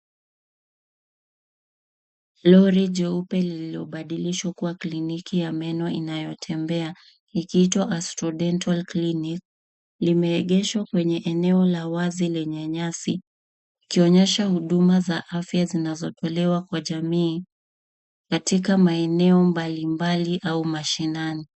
Lori jeupe lilobadilishwa kuwa kliniki ya meno inayotembea, ikiitwa Astrodental Clinic, limeegeshwa kwenye eneo la wazi lenye nyasi, ikionyesha huduma za afya zinazotolewa kwa jamii, katika maeneo mbalimbali au mashinani.